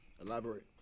Elaborate